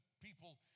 people